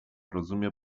rozumie